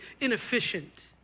inefficient